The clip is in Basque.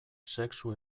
sexu